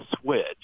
switch